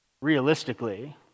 realistically